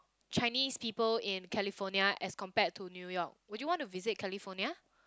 Chinese people in California as compared to New-York would you want to visit California